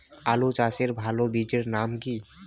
আলু চাষের ভালো বীজের নাম কি?